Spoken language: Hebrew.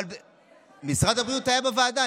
משרד הבריאות היה בוועדה,